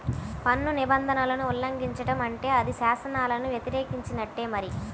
పన్ను నిబంధనలను ఉల్లంఘించడం అంటే అది శాసనాలను వ్యతిరేకించినట్టే మరి